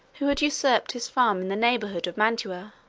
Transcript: who had usurped his farm in the neighborhood of mantua